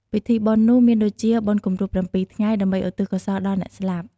ពិធីបុណ្យនោះមានដូចជា បុណ្យគម្រប់ ៧ ថ្ងៃ ដើម្បីឧទ្ទិសកុសលដល់អ្នកស្លាប់។